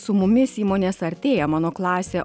su mumis įmonės artėja mano klasė